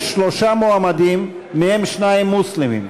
יש שלושה מועמדים, ושניים מהם מוסלמים.